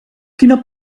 quina